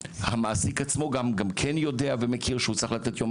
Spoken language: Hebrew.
המעסיק עצמו גם כן יודע ומכיר שהוא צריך לתת יום